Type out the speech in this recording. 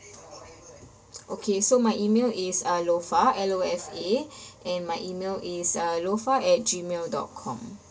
okay so my email is uh lofa L O F A and my email is uh lofa at gmail dot com